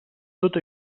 tot